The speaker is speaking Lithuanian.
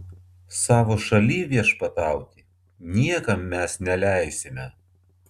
savo šalyj viešpatauti niekam mes neleisime